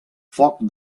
foc